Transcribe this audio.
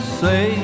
say